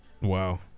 Wow